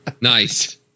Nice